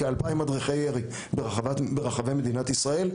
כ-2,000 מדריכי ירי ברחבי מדינת ישראל,